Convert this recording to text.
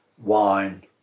wine